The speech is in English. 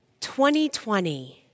2020